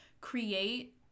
create